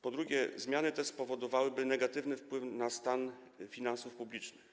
Po drugie, zmiany te miałyby negatywny wpływ na stan finansów publicznych.